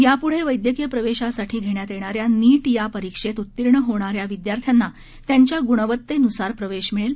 यापुढे वैद्यकीय प्रवेशासाठी घेण्यात येणाऱ्या नीट या परीक्षेत उत्तीर्ण होणाऱ्या विद्यार्थ्यांना त्यांच्या गुणवत्तेनुसार प्रवेश मिळेल